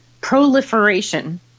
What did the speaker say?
proliferation